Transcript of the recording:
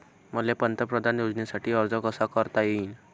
मले पंतप्रधान योजनेसाठी अर्ज कसा कसा करता येईन?